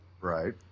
Right